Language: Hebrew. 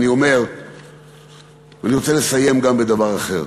אני רוצה לסיים בדבר אחר,